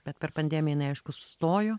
bet per pandemiją jinai aišku sustojo